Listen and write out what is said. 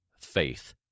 faith